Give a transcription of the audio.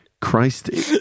Christy